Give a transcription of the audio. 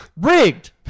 Rigged